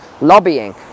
lobbying